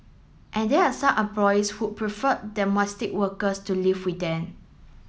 and there are also some employers who prefer workers to live with them